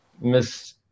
miss